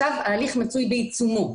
עכשיו ההליך מצוי בעיצומו.